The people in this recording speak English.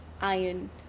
iron